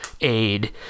aid